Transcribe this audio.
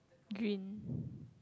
green